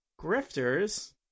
Grifters